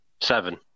Seven